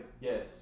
Yes